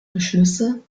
beschlüsse